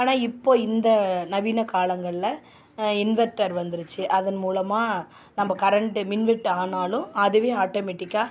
ஆனால் இப்போ இந்த நவீன காலங்களில் இன்வர்ட்டர் வந்துருச்சு அதன் மூலமாக நம்ப கரண்ட்டு மின்வெட்டு ஆனாலும் அதுவே ஆட்டோமெட்டிக்காக